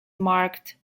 marked